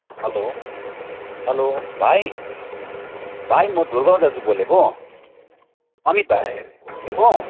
hello hello भाइ भाइ म धुर्ब दाजु बोलेको अमित भाइ होइन बोलेको